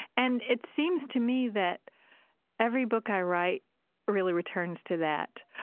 and it seems to me that every book i write really returns to that,